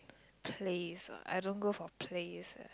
plays ah I don't go for plays eh